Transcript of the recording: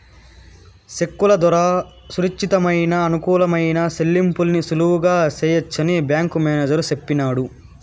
సెక్కుల దోరా సురచ్చితమయిన, అనుకూలమైన సెల్లింపుల్ని సులువుగా సెయ్యొచ్చని బ్యేంకు మేనేజరు సెప్పినాడు